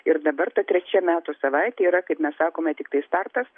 ir dabar ta trečia metų savaitė yra kaip mes sakome tiktai startas